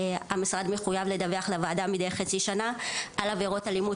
המשרד מחויב לדווח לוועדה מדי חצי שנה על עבירות אלימות